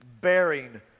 bearing